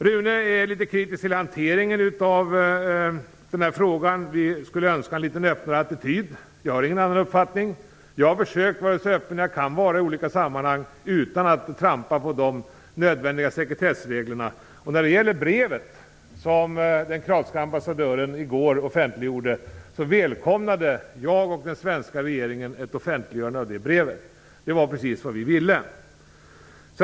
Rune Backlund är litet kritisk till hanteringen av den här frågan. Vi skulle önska en något öppnare attityd. Jag har ingen annan uppfattning. Jag har försökt att vara så öppen jag kan vara i olika sammanhang, utan att trampa på de nödvändiga sekretessreglerna. I går offentliggjorde den kroatiske ambassadören ett brev. Jag och den svenska regeringen välkomnade ett offentliggörande. Det var precis vad vi ville.